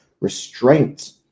restraint